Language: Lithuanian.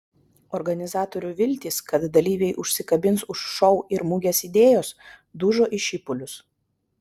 organizatorių viltys kad dalyviai užsikabins už šou ir mugės idėjos dužo į šipulius